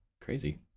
Crazy